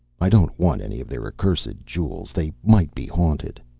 i don't want any of their accursed jewels. they might be haunted.